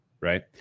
right